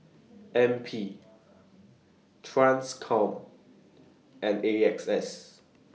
N P TRANSCOM and A X S